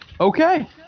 Okay